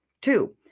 Two